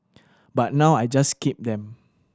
but now I just keep them